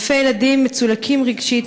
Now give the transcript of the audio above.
אלפי ילדים מצולקים רגשית,